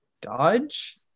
Dodge